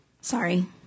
Sorry